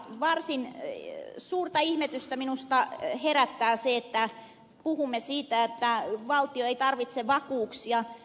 varsin suurta ihmetystä minusta herättää se että puhumme siitä että valtio ei tarvitse vakuuksia